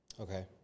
Okay